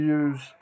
use